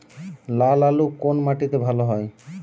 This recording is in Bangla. লাল আলু কোন মাটিতে ভালো হয়?